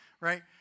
Right